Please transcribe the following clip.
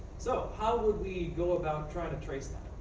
so how would we go about trying to trace that?